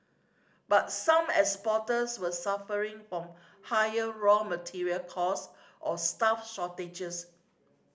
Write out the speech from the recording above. but some exporters were suffering from higher raw material cost or staff shortages